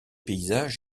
paysages